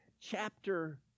chapter